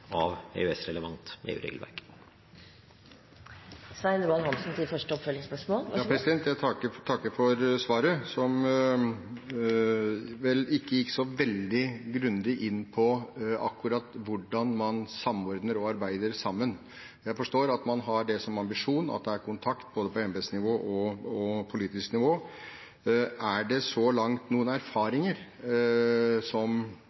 av EØS-relevant EU-regelverk. Jeg takker for svaret, som vel ikke gikk så veldig grundig inn på akkurat hvordan man samordner og arbeider sammen. Jeg forstår at man har som ambisjon at det er kontakt både på embetsnivå og politisk nivå. Er det så langt noen erfaringer som